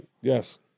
Yes